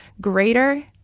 greater